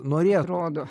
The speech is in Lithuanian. norėjo rodo